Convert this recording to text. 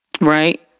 right